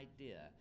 idea